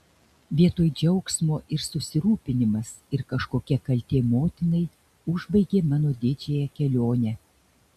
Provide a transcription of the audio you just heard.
vietoj džiaugsmo ir susirūpinimas ir kažkokia kaltė motinai užbaigė mano didžiąją kelionę